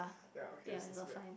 ya okay it's not so bad